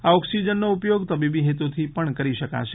આ ઓક્સીજનનો ઉપયોગ તબીબી હેતુથી પણ કરી શકાશે